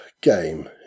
game